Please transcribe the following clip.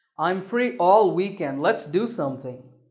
i'm free all weekend, let's do something.